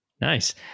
Nice